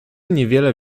niewiele